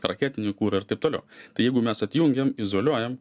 raketinį kurą ir taip toliau tai jeigu mes atjungiam izoliuojam